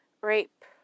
Rape